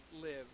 live